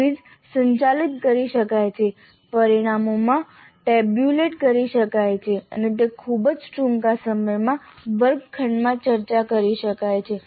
quiz સંચાલિત કરી શકાય છે પરિણામો ટેબ્યુલેટ કરી શકાય છે અને તે ખૂબ જ ટૂંકા સમયમાં વર્ગખંડમાં ચર્ચા કરી શકાય છે